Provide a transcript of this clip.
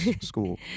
school